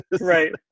right